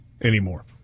anymore